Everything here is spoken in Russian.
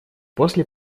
после